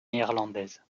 néerlandaise